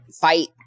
fight